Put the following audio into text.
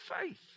faith